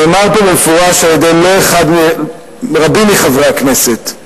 נאמר פה במפורש על-ידי רבים מחברי הכנסת,